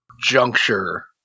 juncture